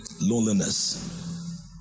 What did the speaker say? loneliness